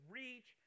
reach